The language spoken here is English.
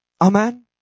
Amen